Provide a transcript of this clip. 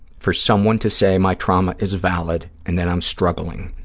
for someone to say my trauma is valid and that i'm struggling,